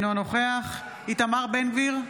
אינו נוכח איתמר בן גביר,